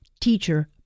teacher